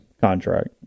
contract